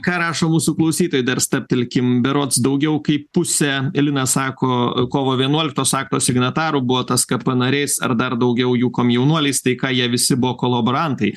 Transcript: ką rašo mūsų klausytojai dar stabtelkim berods daugiau kaip pusė lina sako kovo vienuoliktos akto signatarų buvo tskp nariais ar dar daugiau jų komjaunuoliais tai ką jie visi buvo kolaborantai